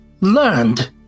learned